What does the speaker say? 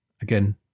Again